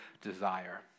desire